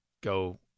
go